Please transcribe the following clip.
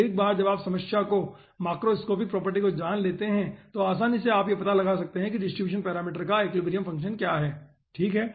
तो एक बार जब आप समस्या की माक्रोस्कोपिक प्रॉपर्टी को जान लेते हैं तो आसानी से आप यह पता लगा सकते हैं कि डिस्ट्रीब्यूशन पैरामीटर का एक्विलिब्रियम फंक्शन क्या है ठीक है